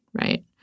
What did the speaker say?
right